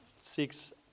six